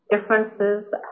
differences